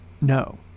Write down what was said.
no